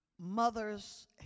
mother's